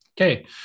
Okay